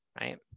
right